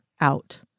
out